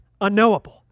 unknowable